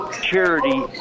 charity